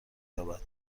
یابد